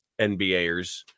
NBAers